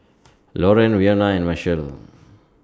Lorean Wynona and Marshall